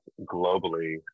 globally